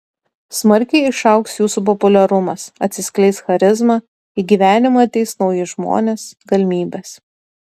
smarkiai išaugs jūsų populiarumas atsiskleis charizma į gyvenimą ateis nauji žmonės galimybės